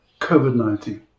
COVID-19